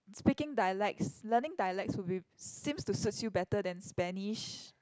speaking dialects learning dialects would be seems to suits you better than Spanish